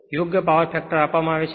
યોગ્ય power factor આપવામાં આવે છે